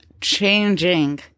changing